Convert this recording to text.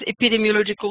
epidemiological